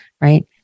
right